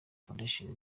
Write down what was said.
foundation